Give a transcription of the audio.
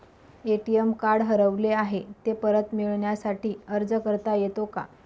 ATM card हरवले आहे, ते परत मिळण्यासाठी अर्ज करता येतो का?